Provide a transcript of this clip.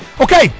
Okay